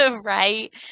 Right